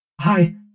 Hi